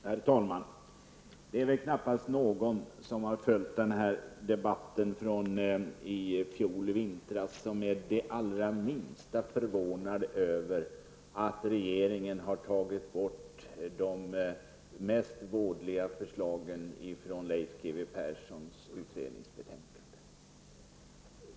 Herr talman! Det är väl knappast någon som har följt den här debatten från i fjol vintras som är det allra minsta förvånad över att regeringen har tagit bort de mest vådliga förslagen från Leif G W Perssons utredningsbetänkande.